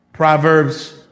Proverbs